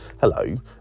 hello